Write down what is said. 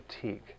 fatigue